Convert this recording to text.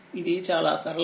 ఇది చాలా సరళమైన విషయం